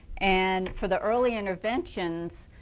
and for the early interventions,